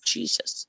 Jesus